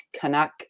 Canuck